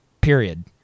period